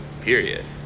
period